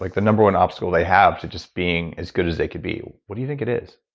like the number one obstacle they have to just being as good as they could be? what do you think it is?